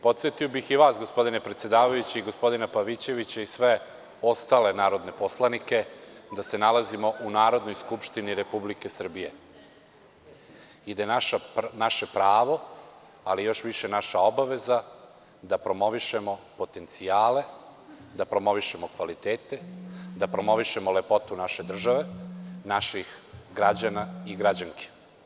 Podsetio bih i vas, gospodine predsedavajući, i gospodine Pavićevića i sve ostale narodne poslanike da se nalazimo u Narodnoj skupštini Republike Srbije i da je naše pravo, ali još više naša obaveza, da promovišemo potencijale, da promovišemo kvalitete, da promovišemo lepotu naše države, naših građana i građanki.